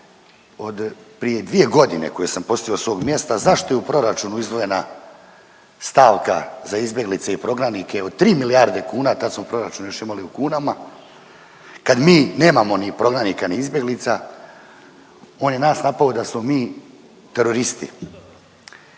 od prije 2 godine koje sam postavio s ovom mjesta, zašto je u proračunu izdvojena stavka za izbjeglice i prognanike od 3 milijarde kuna, tad smo u proračun još imali u kunama kad mi nemamo ni prognanika ni izbjeglica, on je nas napao da smo mi teroristi.